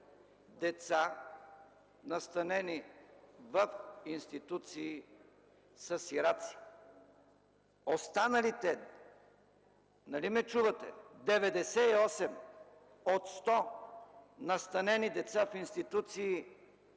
деца, настанени в институции, са сираци. Останалите – нали ме чувате, 98 от 100 настанени деца в институции са